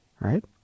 right